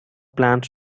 plans